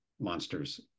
monsters